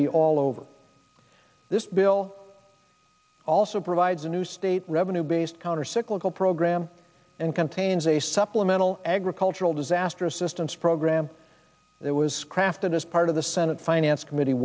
be all over this bill also provides a new state revenue based countercyclical program and contains a supplemental agricultural disaster assistance program that was crafted as part of the senate finance committee